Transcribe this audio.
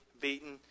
beaten